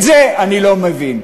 את זה אני לא מבין.